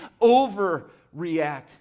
overreact